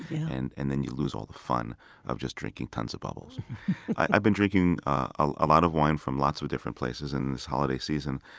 and and then you lose all the fun of just drinking tons of bubbles i've been drinking a lot of wine from lots of different places and this holiday season.